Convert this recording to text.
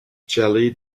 jelly